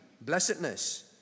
blessedness